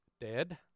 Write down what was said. Dead